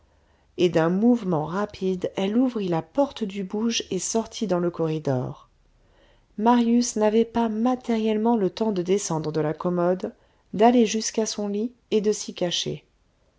et d'un mouvement rapide elle ouvrit la porte du bouge et sortit dans le corridor marius n'avait pas matériellement le temps de descendre de la commode d'aller jusqu'à son lit et de s'y cacher